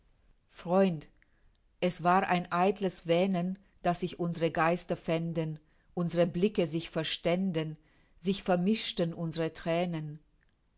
freund es war ein eitles wähnen daß sich uns're geister fänden uns're blicke sich verständen sich vermischten uns're thränen